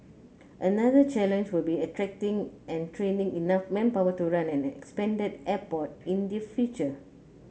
another challenge will be attracting and training enough manpower to run an expanded airport in the future